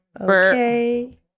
Okay